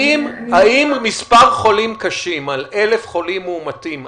האם מספר חולים קשים, 1,000 חולים מאומתים היום,